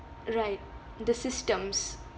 right the systems